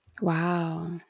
Wow